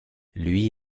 lui